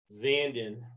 Zandon